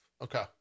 okay